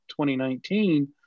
2019